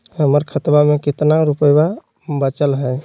हमर खतवा मे कितना रूपयवा बचल हई?